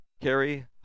Carrie